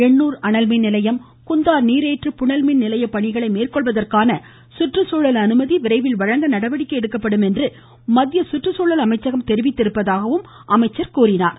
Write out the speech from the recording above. எண்ணூர் அனல்மின்நிலையம் குந்தா நீரேற்று புனல்மின் நிலைய பணிகளை மேற்கொள்வதற்கான சுற்றுச்சூழல் அனுமதி விரைவில் வழங்க நடவடிக்கை எடுக்கப்படும் என்று மத்திய சுற்றுச்சூழல் அமைச்சகம் தெரிவித்திருப்பதாகவும் அவர் கூறினார்